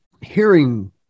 hearing